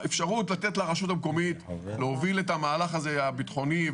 האפשרות לתת לרשות המקומית להוביל את המהלך הזה הביטחוני,